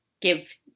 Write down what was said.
give